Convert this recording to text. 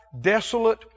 desolate